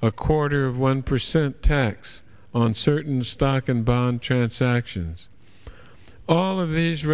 a quarter of one percent tax on certain stock and bond chants actions all of these